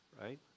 right